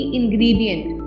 ingredient